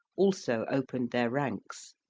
also opened their ranks.